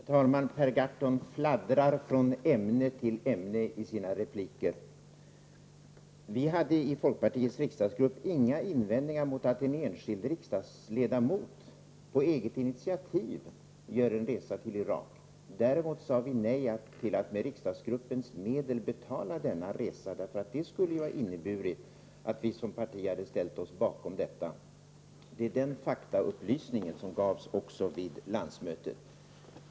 Herr talman! Per Gahrton fladdrar från ämne till ämne i sina repliker. I folkpartiets riksdagsgrupp hade vi inga invändningar mot att en enskild ledamot på eget initiativ gjorde en resa till Irak. Däremot sade vi nej till att med riksdagsgruppens medel betala denna resa. Det skulle nämligen ha inneburit att vi som parti hade ställt oss bakom ledamotens handlande. Det är också den faktaupplysning som gavs på landsmötet.